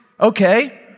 okay